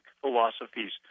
philosophies